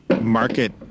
market